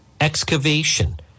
excavation